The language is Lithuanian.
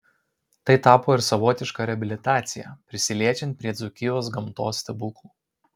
tai tapo ir savotiška reabilitacija prisiliečiant prie dzūkijos gamtos stebuklų